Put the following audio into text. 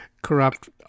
corrupt